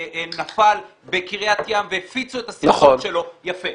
שנפל בקריית ים והפיצו את הסרטון שלו יפה.